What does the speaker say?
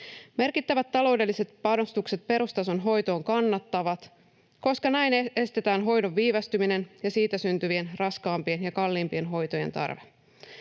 Merkittävät taloudelliset panostukset perustason hoitoon kannattavat, koska näin estetään hoidon viivästyminen ja siitä syntyvä raskaampien ja kalliimpien hoitojen tarve.